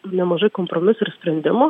nemažai kompromisų ir sprendimų